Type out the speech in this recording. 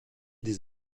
des